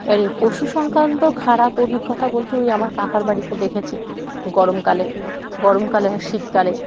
আরে পশু সংক্রান্ত খারাপ অভিজ্ঞতা বলতে ওই আমার কাকার বাড়িতে দেখেছি গরমকালে গরমকালে শীতকালে